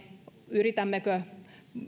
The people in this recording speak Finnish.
yritämmekö